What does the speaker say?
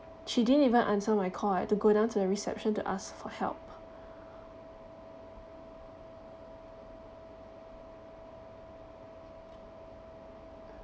she didn't even answer my call I had to go down to the reception to ask for help